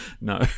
No